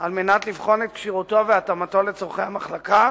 על מנת לבחון את כשירותו והתאמתו לצורכי המחלקה.